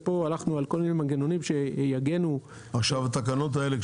ופה הלכנו על כל מיני מנגנונים שיגנו -- התקנות האלה,